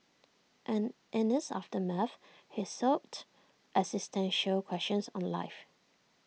and in its aftermath he sought existential questions on life